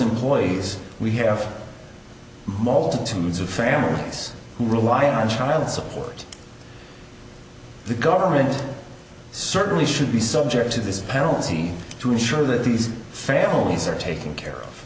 employees we have multitudes of families who rely on child support the government certainly should be subject to this penalty to ensure that these families are taken care of